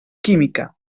química